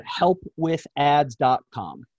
helpwithads.com